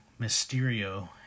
Mysterio